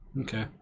Okay